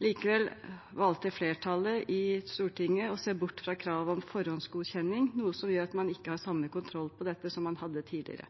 Likevel valgte flertallet i Stortinget å se bort fra kravet om forhåndsgodkjenning, noe som gjør at man ikke har samme kontroll på dette som man hadde tidligere.